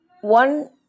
one